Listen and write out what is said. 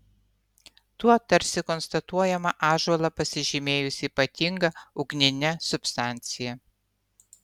tuo tarsi konstatuojama ąžuolą pasižymėjus ypatinga ugnine substancija